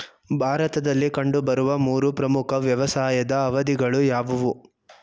ಭಾರತದಲ್ಲಿ ಕಂಡುಬರುವ ಮೂರು ಪ್ರಮುಖ ವ್ಯವಸಾಯದ ಅವಧಿಗಳು ಯಾವುವು?